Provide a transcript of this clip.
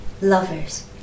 Lovers